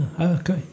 okay